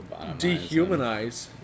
dehumanize